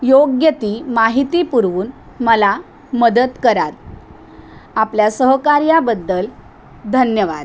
योग्य ती माहिती पुरवून मला मदत कराल आपल्या सहकार्याबद्दल धन्यवाद